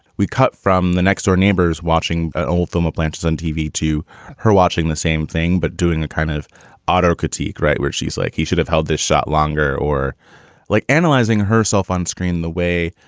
we cut from the next door neighbors watching ah old thelma plants on tv to her watching the same thing, but doing the kind of autocratic right where she's like he should have held this shot longer or like analyzing herself onscreen the way.